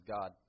God